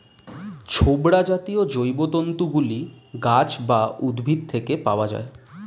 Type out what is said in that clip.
ছোবড়া জাতীয় জৈবতন্তু গুলি গাছ বা উদ্ভিদ থেকে পাওয়া যায়